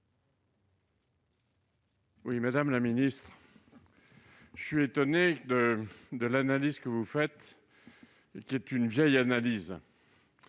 vote. Madame la ministre, je suis étonné de l'analyse que vous faites- c'est une vieille analyse